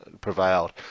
prevailed